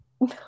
No